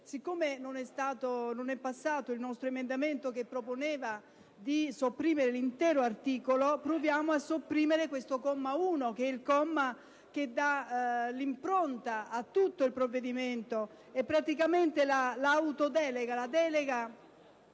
è stato approvato il nostro emendamento che proponeva di sopprimere l'intero articolo, proviamo a sopprimere almeno il comma 1, che è quello che dà un'impronta a tutto il provvedimento.